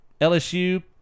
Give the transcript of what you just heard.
LSU